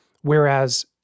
Whereas